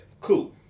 Cool